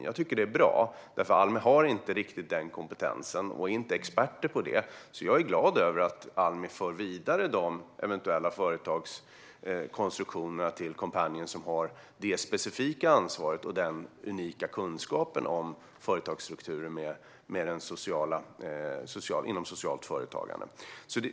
Ja, jag tycker att det är bra, för Almi har inte riktigt den kompetensen och är inte experter på det. Jag är glad över att Almi för vidare de eventuella företagskonstruktionerna till Coompanion, som har det specifika ansvaret för och den unika kunskapen om företagsstrukturer inom socialt företagande.